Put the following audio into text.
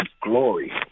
glory